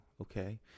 okay